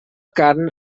carn